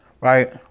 right